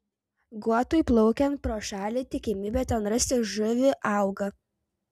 guotui plaukiant pro šalį tikimybė ten rasti žuvį auga